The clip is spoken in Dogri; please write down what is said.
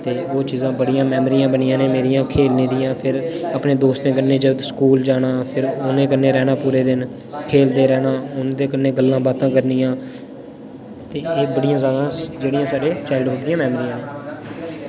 ते ओह् चीज़ां बड़ियां मैमरियां बनियां न मेरियां खेलने दियां फिर अपने दोस्तें कन्नै जदूं स्कूल जाना फिर उ'नें कन्नै रैह्ना पूरे दिन खेलदे रैह्ना उं'दे कन्नै गल्लां बातां करनियां ते एह् बड़ियां ज़्यादा जेह्ड़े साढ़े चाइल्डहुड दियां मैमरियां न